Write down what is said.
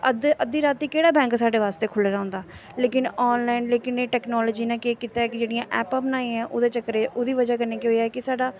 अद्ध अद्धी रातीं केह्ड़ा बैंक साढ़े बास्तै खुल्ले दा होंदा लेकिन आनलाइन लेकिन एह् टैकनोलजी ने केह् कीता ऐ कि जेह्ड़ियां ऐपां बनाइयां ओह्दे चक्करै ओह्दी बजह् कन्नै केह् होएआ कि साढ़ा